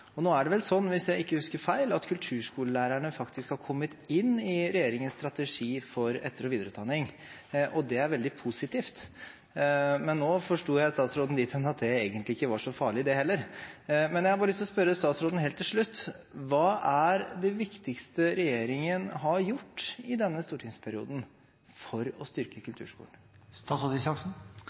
være. Nå er det vel slik, hvis jeg ikke husker feil, at kulturskolelærerne faktisk har kommet inn i regjeringens strategi for etter- og videreutdanning, og det er veldig positivt. Men nå forsto jeg statsråden dit hen at egentlig var ikke det heller så farlig. Men jeg har bare lyst til å spørre statsråden helt til slutt: Hva er det viktigste regjeringen har gjort i denne stortingsperioden for å styrke